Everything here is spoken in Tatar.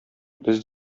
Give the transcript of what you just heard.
без